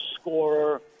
scorer